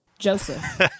joseph